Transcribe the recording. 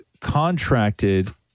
contracted